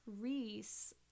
reese